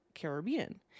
Caribbean